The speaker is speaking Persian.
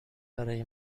برای